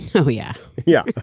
oh yeah yeah